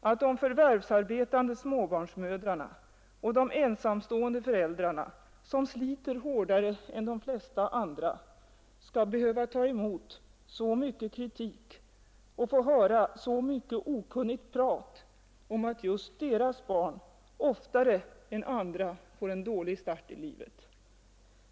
att de förvärvsarbetande småbarnsmödrarna och de ensamstående föräldrarna som sliter hårdare än de flesta andra skall behöva ta emot så mycken kritik och få höra så mycket okunnigt prat om att just deras barn oftare än andra får en dålig start i livet.